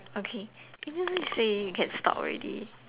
okay they say you can stop already